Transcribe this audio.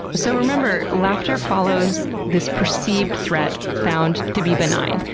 so remember, laughter follows this perceived threat found to be benign.